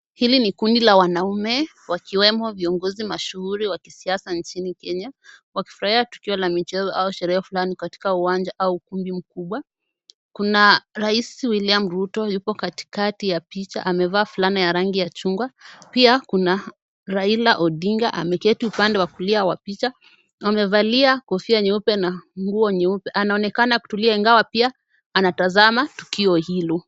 Hili ni kundi la wanaume wakiwemo viongozi mashuhuri wa siasa nchini Kenya wakifurahia tukio la michezo au sherehe fulani katika uwanja au ukumbi mkubwa. Kuna Rais William Ruto yupo katikati ya picha. Amevaa fulana ya rangi ya chungwa. Pia kuna Raila Odinga. Ameketi upande wa kulia wa picha. Amevalia kofia nyeupe na nguo nyeupe. Anaonekana kutulia ingawa pia anatazama tukio hilo.